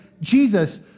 Jesus